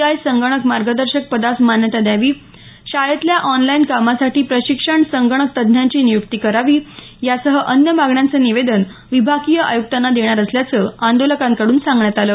I संगणक मार्गदर्शक पदास मान्यता द्यावी शाळेतल्या ऑनलाईन कामासाठी प्रशिक्षक संगणक तज्ज्ञांची निय्क्ती करावी यासह अन्य मागण्याचं निवेदन विभागीय आयुक्तांना देणार असल्याचं आंदोलकांकडून सांगण्यात आलं